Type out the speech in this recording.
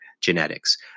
genetics